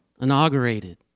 inaugurated